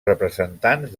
representants